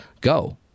go